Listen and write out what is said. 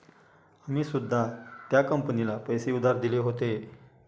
आम्ही सुद्धा त्या कंपनीला पैसे उधार दिले होते